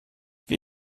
wir